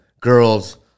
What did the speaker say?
girls